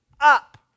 up